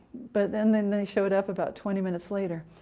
but then then they showed up about twenty minutes later,